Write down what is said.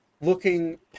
looking